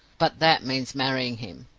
but that means marrying him.